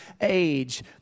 age